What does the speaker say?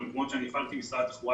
אבל במקומות שאני הפעלתי משרד התחבורה